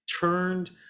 turned